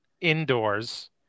indoors